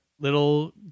little